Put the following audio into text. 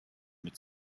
mit